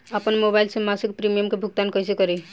आपन मोबाइल से मसिक प्रिमियम के भुगतान कइसे करि?